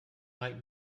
like